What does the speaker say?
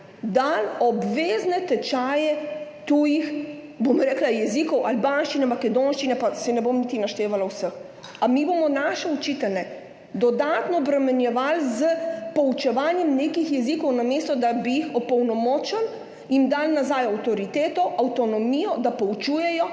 dali obvezne tečaje tujih jezikov, albanščine, makedonščine, saj ne bom niti naštevala vseh? Bomo mi naše učitelje dodatno obremenjevali s poučevanjem nekih jezikov, namesto da bi jih opolnomočili, jim dali nazaj avtoriteto, avtonomijo, da poučujejo